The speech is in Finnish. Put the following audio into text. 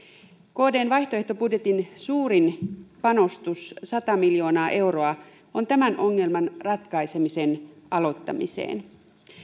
kdn vaihtoehtobudjetin suurin panostus sata miljoonaa euroa on tämän ongelman ratkaisemisen aloittamiseen